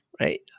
right